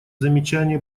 замечания